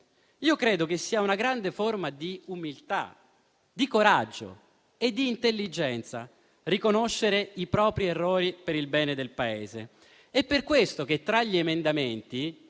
Credo sia una grande forma di umiltà, di coraggio e intelligenza riconoscere i propri errori per il bene del Paese.